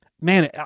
man